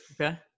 Okay